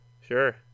Sure